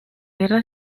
guerra